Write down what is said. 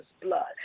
blood